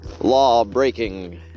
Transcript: law-breaking